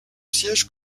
siège